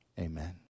Amen